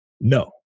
No